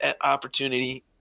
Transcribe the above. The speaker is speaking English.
opportunity –